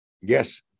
Yes